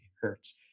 Hertz